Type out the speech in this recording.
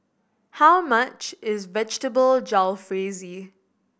how much is Vegetable Jalfrezi